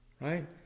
Right